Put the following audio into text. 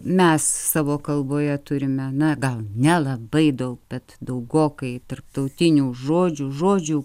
mes savo kalboje turime na gal nelabai daug bet daugokai tarptautinių žodžių žodžių